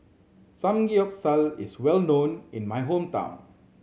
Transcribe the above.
Samgeyopsal is well known in my hometown